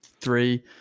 three